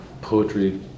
poetry